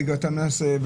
--- אתה מחריג ואתה מנסה,